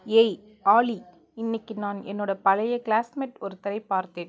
ஏய் ஆலி இன்றைக்கு நான் என்னோடய பழைய க்ளாஸ்மேட் ஒருத்தரை பார்த்தேன்